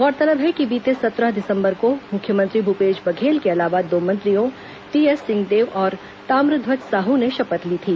गौरतलब है कि बीते सत्रह दिसंबर को मुख्यमंत्री भूपेश बघेल के अलावा दो मंत्रियों टीएस सिंहदेव और ताम्रध्वज साहू ने शपथ ली थी